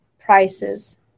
prices